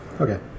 Okay